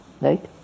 Right